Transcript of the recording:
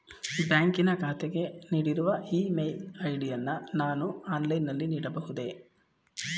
ಬ್ಯಾಂಕಿನ ಖಾತೆಗೆ ನೀಡಿರುವ ಇ ಮೇಲ್ ಐ.ಡಿ ಯನ್ನು ನಾನು ಆನ್ಲೈನ್ ನಲ್ಲಿ ನೀಡಬಹುದೇ?